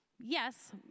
yes